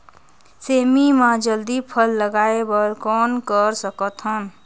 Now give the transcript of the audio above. सेमी म जल्दी फल लगाय बर कौन कर सकत हन?